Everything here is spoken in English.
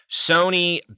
Sony